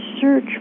search